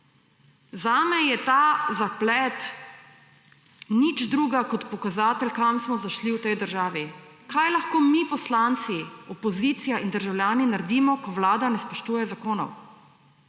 Zame je ta zaplet nič drugega kot pokazatelj, kam smo zašli v tej državi. Kaj lahko mi poslanci, opozicija in državljani naredimo, ko Vlada ne spoštuje zakonov?